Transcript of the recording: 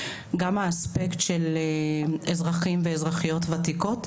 גם האספקט של אזרחים ואזרחיות ותיקות,